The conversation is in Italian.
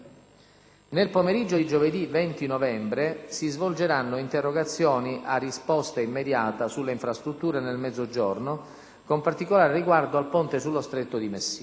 Nel pomeriggio di giovedì 20 novembre si svolgeranno interrogazioni a risposta immediata sulle infrastrutture nel Mezzogiorno, con particolare riguardo al ponte sullo stretto di Messina.